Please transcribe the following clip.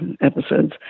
episodes